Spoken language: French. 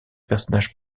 personnages